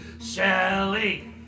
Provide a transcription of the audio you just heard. Shelly